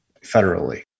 federally